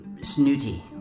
snooty